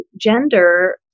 gender